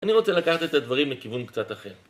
אני רוצה לקחת את הדברים מכיוון קצת אחר